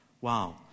Wow